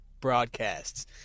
broadcasts